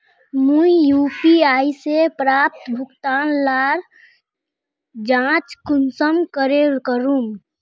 मुई यु.पी.आई से प्राप्त भुगतान लार जाँच कुंसम करे करूम?